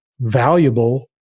valuable